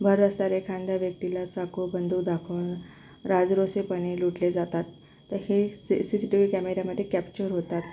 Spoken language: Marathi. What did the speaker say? भर रस्त्यावर एखाद्या व्यक्तीला चाकू बंदूक दाखवून राजरोसपणे लुटले जातात तर हे स सी सी टी व्ही कॅमेऱ्यामधे कॅप्चर होतात